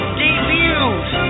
debuts